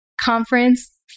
conference